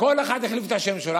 כל אחד החליף את השם שלו.